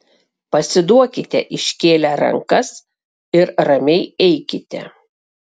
pasiduokite iškėlę rankas ir ramiai eikite